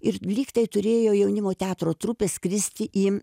ir lyg tai turėjo jaunimo teatro trupė skristi į